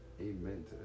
amen